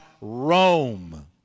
Rome